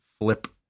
flip